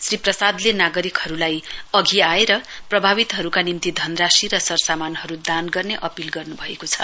श्री प्रसाद्ले नागरिकहरूलाई अघि आएर प्रभावितहरूका निम्ति धनराशि र सरसामानहरू दान गर्ने अपील गर्नुभएको छ